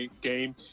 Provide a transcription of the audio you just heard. game